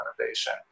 innovation